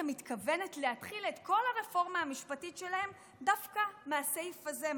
מתכוונת להתחיל את כל הרפורמה המשפטית שלה דווקא מהסעיף הזה,